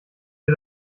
wir